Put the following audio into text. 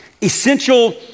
essential